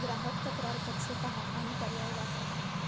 ग्राहक तक्रार कक्ष पहा आणि पर्याय वापर